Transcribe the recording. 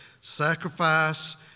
Sacrifice